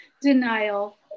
denial